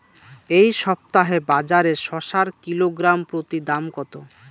এই সপ্তাহে বাজারে শসার কিলোগ্রাম প্রতি দাম কত?